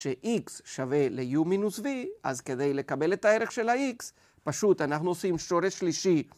שx שווה לu מינוס v אז כדי לקבל את הערך של הx פשוט אנחנו עושים שורש שלישי.